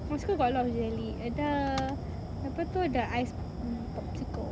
my school got a lot of jelly and the apa tu the ice cream popsicle